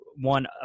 one